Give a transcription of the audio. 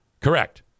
Correct